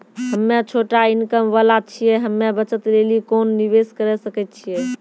हम्मय छोटा इनकम वाला छियै, हम्मय बचत लेली कोंन निवेश करें सकय छियै?